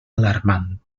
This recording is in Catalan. alarmant